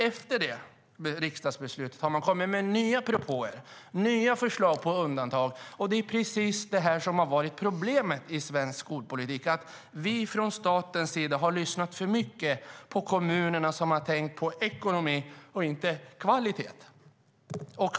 Efter det riksdagsbeslutet har man kommit med nya propåer och nya förslag på undantag. Det som har varit problemet i svensk skolpolitik är att vi från staten har lyssnat för mycket på kommunerna, som har tänkt på ekonomi och inte på kvalitet.